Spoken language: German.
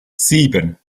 sieben